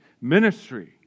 ministry